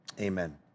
amen